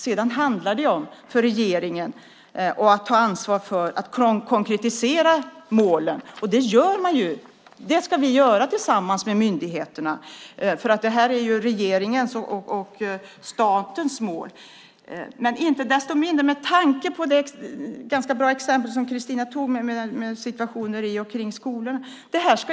Sedan handlar det för regeringen om att ta ansvar för att konkretisera målen. Det ska vi göra tillsammans med myndigheterna. Detta är regeringens och statens mål. Det var ett ganska bra exempel som Christina Axelsson tog upp med situationen i och kring skolor.